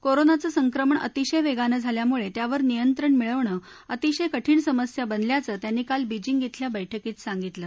कोरोनाचं संक्रमण अतिशय वेगानं झाल्यामुळे त्यावर नियंत्रण मिळवणं अतिशय कठिण समस्या बनल्याचं त्यांनी काल बिजिंग झिल्या बैठकीत सांगितलं